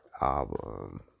album